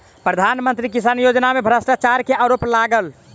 प्रधान मंत्री किसान योजना में भ्रष्टाचार के आरोप लागल